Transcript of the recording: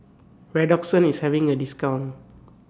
Redoxon IS having A discount